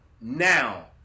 now